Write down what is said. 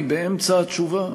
אני באמצע התשובה.